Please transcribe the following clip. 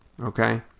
Okay